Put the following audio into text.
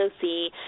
see